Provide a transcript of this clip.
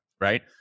right